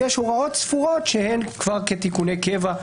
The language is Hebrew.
ויש הוראות ספורות שהן כבר תיקוני קבע,